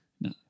No